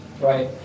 right